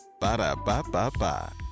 Ba-da-ba-ba-ba